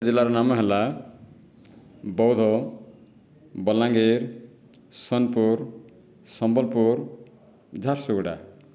ଜିଲ୍ଲାର ନାମ ହେଲା ବୌଦ୍ଧ ବଲାଙ୍ଗୀର ସୋନପୁର ସମ୍ବଲପୁର ଝାରସୁଗୁଡ଼ା